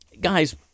Guys